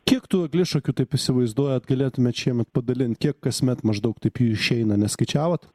kiek tu eglišakių taip įsivaizduojat galėtumėt šiemet padalin kiek kasmet maždaug taip jų išeina neskaičiavot